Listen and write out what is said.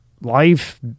life